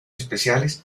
especiales